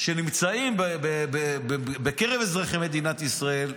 שנמצאים בקרב אזרחי מדינת ישראל,